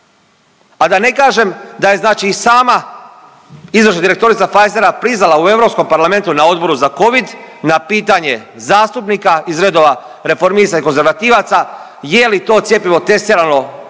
A da ne kažem da je znači i sama izvršna direktorica Pfizera priznala u Europskom parlamentu na Odboru za covid na pitanje zastupnika iz redova Reformista i konzervativaca je li to cjepivo testirano odnosno